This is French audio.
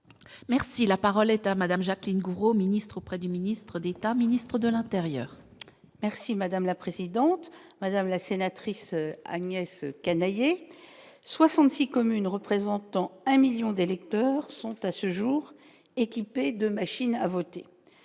merci, la parole est à Madame Jacqueline Gourault, ministre auprès du ministre d'État, ministre de l'Intérieur. Merci madame la présidente, madame la sénatrice Agnès Canayer 66 communes représentant un 1000000 d'électeurs sont à ce jour, équipés de machines à voter